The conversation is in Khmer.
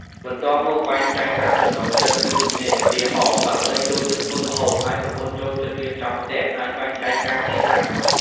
បន្ទាប់មក បែងចែកតាមចំណូលចិត្ត ឬជំនាញ ឧទាហរណ៍ បើប្ដីចូលចិត្តធ្វើម្ហូប ហើយប្រពន្ធចូលចិត្តរៀបចំផ្ទះ អាចបែងចែកការងារតាមនោះ។